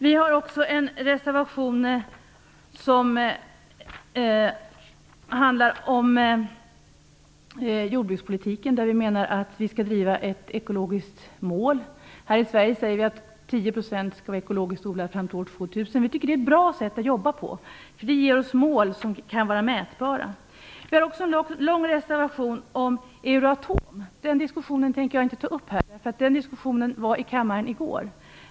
Vi har också en reservation som handlar om jordbrukspolitiken där vi menar att vi skall driva ett ekologiskt mål. Här i Sverige säger vi att 10 % skall vara ekologiskt odlat fram till år 2000. Vi tycker att det är ett bra sätt att jobba. Det ger oss mål som är mätbara. Vi har också en lång reservation om Euratom. Jag tänker inte ta upp den diskussionen här. Det diskuterades i kammaren i går.